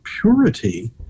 purity